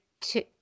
two